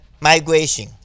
migration